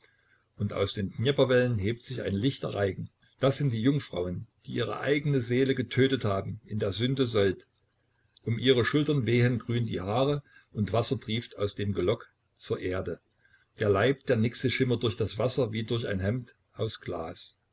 und aus den dnjeprwellen hebt sich ein lichter reigen das sind die jungfrauen die ihre eigene seele getötet haben in der sünde sold um ihre schultern wehen grün die haare und wasser trieft aus dem gelock zur erde der leib der nixe schimmert durch das wasser wie durch ein hemd aus glas